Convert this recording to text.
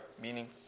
meaning